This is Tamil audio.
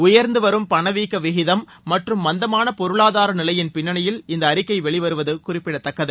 உயர்ந்து வரும் பணவீக்க விகிதம் மற்றும் மந்தமான பொருளாதார நிலையின் பின்னணியில் இந்த அறிக்கை வெளிவருவது குறிப்பிடத்தக்கது